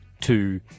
two